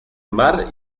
mar